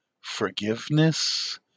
forgiveness